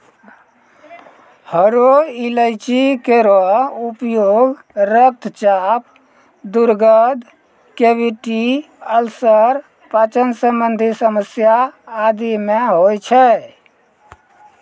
हरो इलायची केरो उपयोग रक्तचाप, दुर्गंध, कैविटी अल्सर, पाचन संबंधी समस्या आदि म होय छै